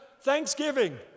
Thanksgiving